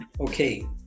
Okay